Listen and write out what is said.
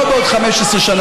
לא בעוד 15 שנה,